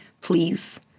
please